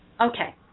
okay